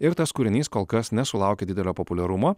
ir tas kūrinys kol kas nesulaukė didelio populiarumo